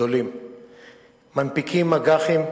גדולים מנפיקים אג"חים,